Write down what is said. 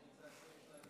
כן.